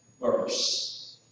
verse